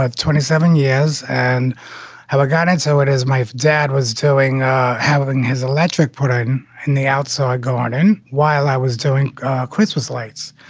ah twenty seven years. and have i got it? so it is. my dad was telling having his electric put on in the outside garden while i was doing christmas lights,